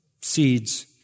seeds